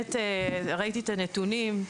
באמת ראיתי את הנתונים,